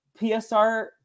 psr